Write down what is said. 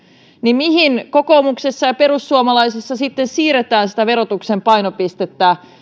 niin mihin kokoomuksessa ja perussuomalaisissa sitten siirretään sitä verotuksen painopistettä